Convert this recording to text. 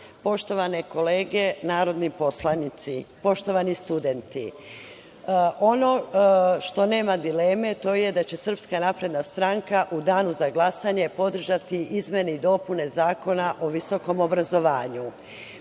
poštovane kolege narodni poslanici, poštovani studenti, ono što nema dileme to je da će SNS u danu za glasanje podržati izmene i dopune Zakona o visokom obrazovanju. Moje